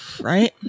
Right